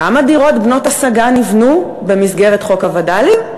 כמה דירות בנות-השגה נבנו במסגרת חוק הווד"לים?